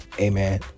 amen